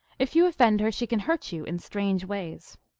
if you offend her she can hurt you in strange ways.